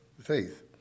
faith